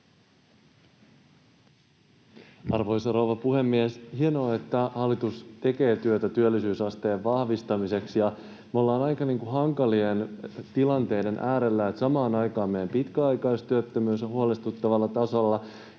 Arvoisa rouva puhemies! Hienoa, että hallitus tekee työtä työllisyysasteen vahvistamiseksi. Me ollaan aika hankalien tilanteiden äärellä: samaan aikaan meidän pitkäaikaistyöttömyys on huolestuttavalla tasolla,